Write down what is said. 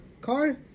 car